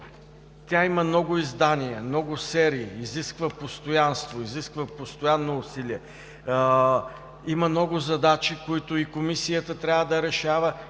Тя има много издания, много серии, изисква постоянство, изисква постоянно усилие. Има много задачи, които Комисията и ние трябва да решаваме,